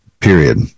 Period